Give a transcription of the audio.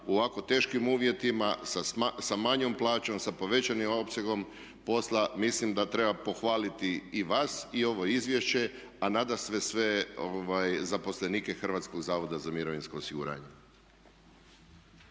u ovako teškim uvjetima sa manjom plaćom, sa povećanim opsegom posla mislim da treba pohvaliti i vas i ovo izvješće a nadasve sve zaposlenike HZMO-a. **Tepeš, Ivan